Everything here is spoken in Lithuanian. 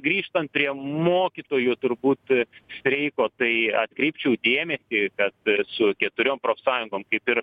grįžtant prie mokytojų turbūt streiko tai atkreipčiau dėmesį kad su keturiom profsąjungom kaip ir